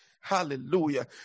Hallelujah